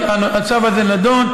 בוועדת הפנים הצו הזה נדון.